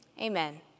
Amen